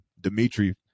Dimitri